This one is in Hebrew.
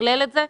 לתכלל את זה?